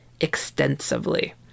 extensively